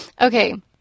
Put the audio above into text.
okay